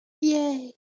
Yay